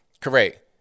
Correct